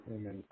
Amen